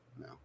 no